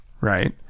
right